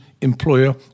employer